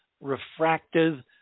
refractive